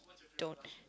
don't